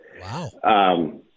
Wow